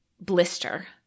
blister